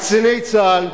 קציני צה"ל,